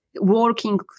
working